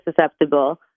susceptible